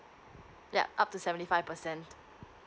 yup up to seventy five percent